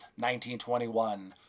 1921